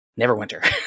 Neverwinter